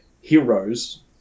heroes